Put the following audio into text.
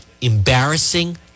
embarrassing